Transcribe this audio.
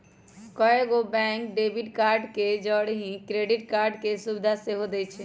कएगो bank debit card के जौरही क्रेडिट कार्ड के सुभिधा सेहो देइ छै